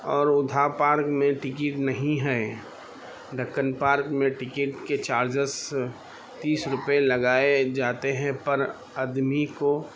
اور اودھا پارک میں ٹکٹ نہیں ہے ڈکن پارک میں ٹکٹ کے چارجس تیس روپے لگائے جاتے ہیں پر آدمی کو